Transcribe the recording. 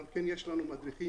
גם כן יש לנו מדריכים,